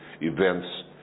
events